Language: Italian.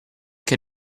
che